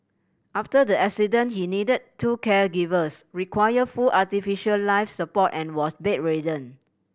after the accident he needed two caregivers required full artificial life support and was bedridden